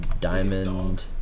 diamond